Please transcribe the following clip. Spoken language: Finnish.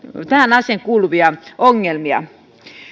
tähän asiaan kuuluvia ongelmia